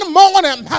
morning